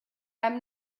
i’m